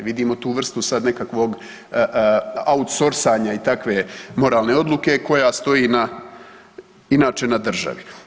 Vidimo tu vrstu sad nekakvog autsorsanja i takve moralne odluke koja stoji na inače na državi.